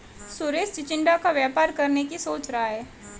सुरेश चिचिण्डा का व्यापार करने की सोच रहा है